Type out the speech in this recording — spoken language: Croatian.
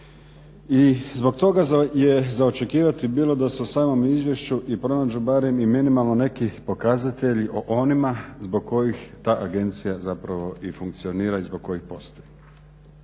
I zbog toga je za očekivati bilo da se u samom izvješću i pronađu barem i minimalno neki pokazatelji o onima zbog kojih ta agencija zapravo i funkcionira i zbog kojih postoji.